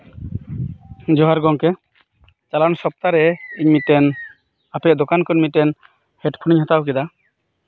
ᱡᱚᱸᱦᱟᱨ ᱜᱮ ᱜᱚᱢᱠᱮ ᱪᱟᱞᱟᱣ ᱮᱱ ᱥᱚᱯᱛᱟ ᱨᱮ ᱤᱧ ᱢᱤᱫᱴᱮᱱ ᱟᱯᱮᱭᱟᱜ ᱫᱚᱠᱟᱱ ᱠᱷᱚᱱ ᱢᱤᱫᱴᱮᱱ ᱦᱮᱰᱯᱷᱳᱱ ᱤᱧ ᱦᱟᱛᱟᱣ ᱠᱮᱫᱟ